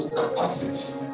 capacity